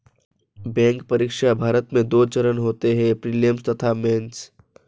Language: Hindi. बैंक परीक्षा, भारत में दो चरण होते हैं प्रीलिम्स तथा मेंस